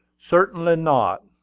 certainly not.